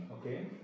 okay